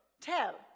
tell